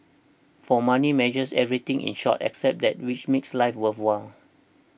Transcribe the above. for money measures everything in short except that which makes life worthwhile